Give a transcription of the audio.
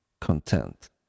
content